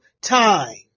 time